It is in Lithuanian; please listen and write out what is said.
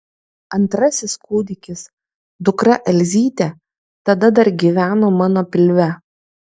antrasis kūdikis dukra elzytė tada dar gyveno mano pilve